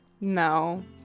No